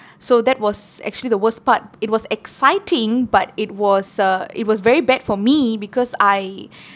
so that was actually the worst part it was exciting but it was uh it was very bad for me because I